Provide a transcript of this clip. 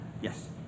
yes